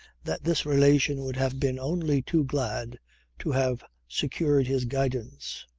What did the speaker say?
that this relation would have been only too glad to have secured his guidance.